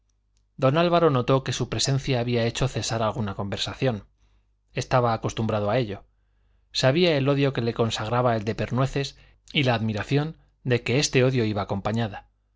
don álvaro notó que su presencia había hecho cesar alguna conversación estaba acostumbrado a ello sabía el odio que le consagraba el de pernueces y la admiración de que este odio iba acompañada